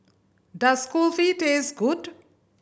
does Kulfi taste good